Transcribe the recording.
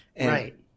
Right